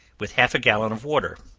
with half a gallon of water,